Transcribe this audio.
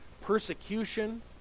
persecution